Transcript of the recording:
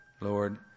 Lord